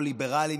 מן הסתם,